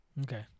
okay